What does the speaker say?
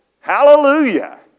Hallelujah